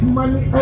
money